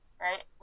Right